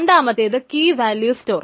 രണ്ടാമത്തെത് key value store